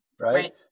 Right